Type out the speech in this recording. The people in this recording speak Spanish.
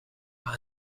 más